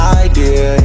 idea